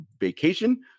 vacation